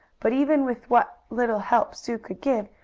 but, even with what little help sue could give,